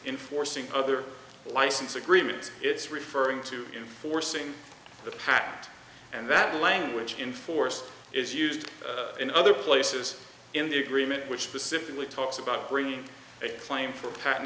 enforcing other license agreements it's referring to forcing the pact and that language in force is used in other places in the agreement which specifically talks about bringing a claim for